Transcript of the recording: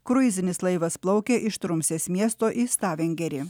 kruizinis laivas plaukė iš trumsės miesto į stavangerį